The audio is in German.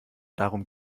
darum